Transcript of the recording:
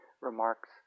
remarks